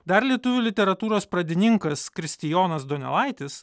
dar lietuvių literatūros pradininkas kristijonas donelaitis